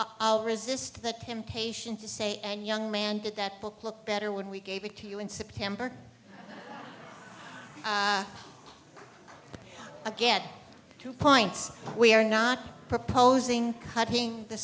yes i'll resist the temptation to say and young man did that book look better when we gave it to you in september but i get two points we are not proposing cutting the